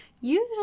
usually